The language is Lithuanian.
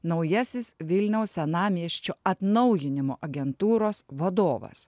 naujasis vilniaus senamiesčio atnaujinimo agentūros vadovas